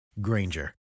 Granger